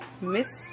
Miss